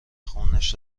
خونش